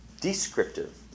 descriptive